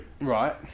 right